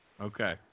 Okay